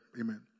Amen